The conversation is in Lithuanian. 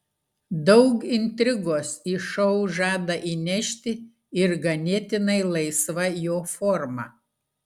daug intrigos į šou žada įnešti ir ganėtinai laisva jo forma